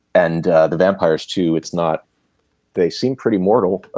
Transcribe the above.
and the vampires too it's not they seem pretty mortal.